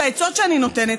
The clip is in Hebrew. בעצות שאני נותנת,